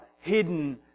hidden